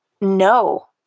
no